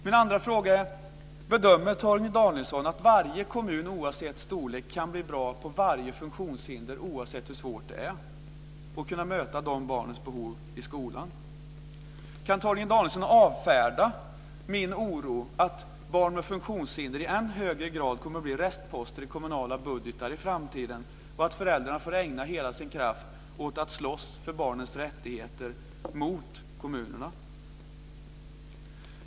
Min andra fråga är: Bedömer Torgny Danielsson att varje kommun oavsett storlek kan bli bra på varje funktionshinder oavsett hur svårt det är och på att möta de barnens behov i skolan? Kan Torgny Danielsson avfärda min oro att barn med funktionshinder i än högre grad kommer att bli restposter i kommunala budgetar i framtiden och att föräldrarna får ägna hela sin kraft åt att slåss för barnens rättigheter mot kommunerna?